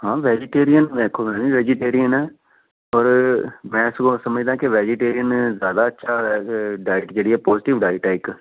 ਹਾਂ ਵੈਜੀਟੇਰੀਅਨ ਮੈਂ ਖੁਦ ਵੀ ਵੈਜੀਟੇਰੀਅਨ ਹੈ ਪਰ ਮੈਂ ਸਗੋਂ ਸਮਝਦਾ ਕਿ ਵੈਜੀਟੇਰੀਅਨ ਜ਼ਿਆਦਾ ਅੱਛਾ ਹੈ ਡਾਇਟ ਜਿਹੜੀ ਹੈ ਪੋਜੀਟਿਵ ਡਾਇਟ ਹੈ ਇੱਕ